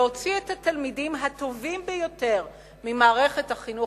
להוציא את התלמידים הטובים ביותר ממערכת החינוך